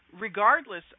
regardless